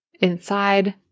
inside